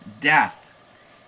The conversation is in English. death